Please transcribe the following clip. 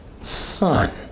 son